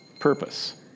purpose